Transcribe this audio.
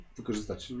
wykorzystać